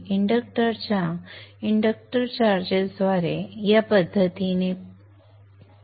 इंडक्टरच्या inductor charges द्वारे आणि या पद्धतीने प्रवाह